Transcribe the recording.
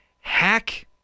hack